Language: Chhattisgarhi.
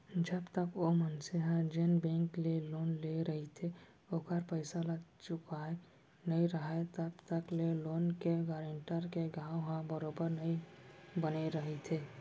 जब तक ओ मनसे ह जेन बेंक ले लोन लेय रहिथे ओखर पइसा ल चुकाय नइ राहय तब तक ले लोन के गारेंटर के नांव ह बरोबर बने रहिथे